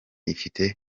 ifite